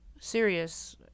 serious